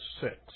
six